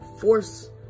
force